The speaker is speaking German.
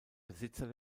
besitzer